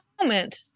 moment